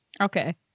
Okay